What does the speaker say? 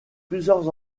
plusieurs